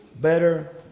Better